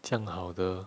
这样好的